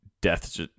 death